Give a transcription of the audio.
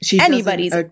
anybody's